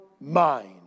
mind